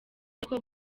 niko